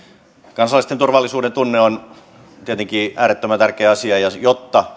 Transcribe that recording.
kansalaisten turvallisuudentunne on tietenkin äärettömän tärkeä asia ja jotta